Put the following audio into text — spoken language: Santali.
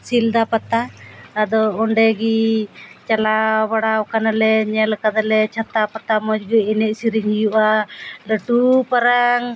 ᱥᱤᱞᱫᱟ ᱯᱟᱛᱟ ᱟᱫᱚ ᱚᱸᱰᱮ ᱜᱮ ᱪᱟᱞᱟᱣ ᱵᱟᱲᱟᱣ ᱠᱟᱱᱟᱞᱮ ᱧᱮᱞ ᱟᱠᱟᱫᱟᱞᱮ ᱪᱷᱟᱛᱟ ᱯᱟᱛᱟ ᱢᱚᱡᱽ ᱜᱮ ᱮᱱᱮᱡ ᱥᱤᱨᱤᱧ ᱦᱩᱭᱩᱜᱼᱟ ᱞᱟᱹᱴᱩ ᱯᱟᱨᱟᱝ